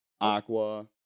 Aqua